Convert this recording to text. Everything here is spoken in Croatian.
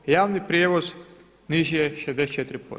Javni prijevoz niži je 64%